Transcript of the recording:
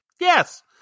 Yes